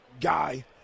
guy